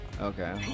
Okay